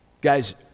Guys